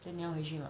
then 你要回去吗